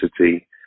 city